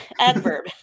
Adverb